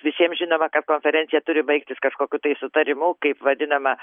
visiems žinoma kad konferencija turi baigtis kažkokiu tai sutarimu kaip vadinama